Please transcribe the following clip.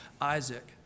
Isaac